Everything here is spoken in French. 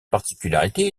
particularité